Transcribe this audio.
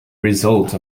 result